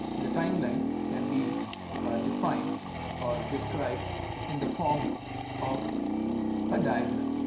the timeline can be defined or described in the form of a diagram,